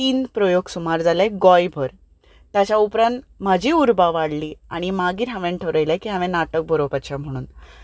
तीन प्रयोग सुमार जाले गोंयभर ताच्या उपरांत म्हजीय उर्बा वाडली आनी मागीर हांवें थरयलें की हांवें नाटक बरोवपाचें म्हणून